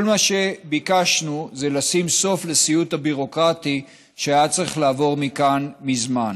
כל מה שביקשנו זה לשים סוף לסיוט הביורוקרטי שהיה צריך לעבור מכאן מזמן.